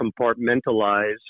compartmentalize